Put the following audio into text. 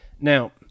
Now